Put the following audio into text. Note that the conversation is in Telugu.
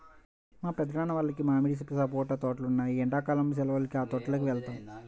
మా పెద్దనాన్న వాళ్లకి మామిడి, సపోటా తోటలు ఉన్నాయ్, ఎండ్లా కాలం సెలవులకి ఆ తోటల్లోకి వెళ్తాం